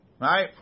Right